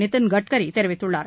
நிதின் கட்கரி தெரிவித்துள்ளார்